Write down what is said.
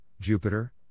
Jupiter